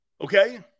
Okay